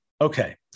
Okay